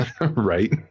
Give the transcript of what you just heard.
Right